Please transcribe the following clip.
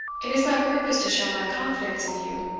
it is my purpose to show my confidence in you,